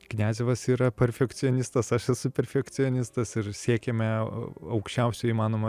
kniazevas yra perfekcionistas aš esu perfekcionistas ir siekėme aukščiausio įmanomo